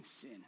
sin